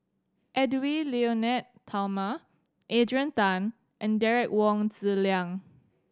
Edwy Lyonet Talma Adrian Tan and Derek Wong Zi Liang